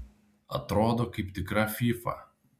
atrodo kaip tikra fyfa